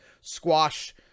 squash